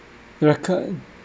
record